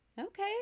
Okay